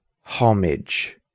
homage